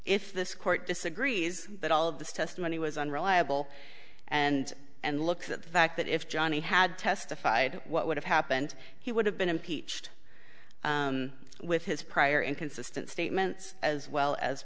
if this court disagrees that all of this testimony was unreliable and and look at the fact that if johnnie had testified what would have happened he would have been impeached with his prior inconsistent statements as well as